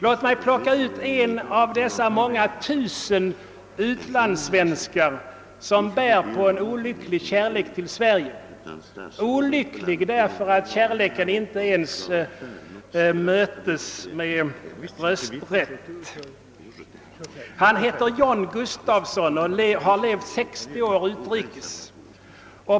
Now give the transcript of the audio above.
Låt mig plocka ut en av dessa många tusen utlandssvenskar som bär på en olycklig kärlek till Sverige, olycklig därför att kärleken inte ens har blivit besvarad med rösträtt. Han heter John Gustavson och har levt 60 år utrikes.